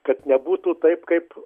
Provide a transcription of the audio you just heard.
kad nebūtų taip kaip